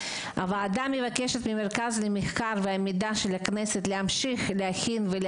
הוועדה מבקשת ממרכז המחקר והמידע של הכנסת להשלים